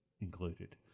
included